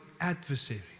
adversary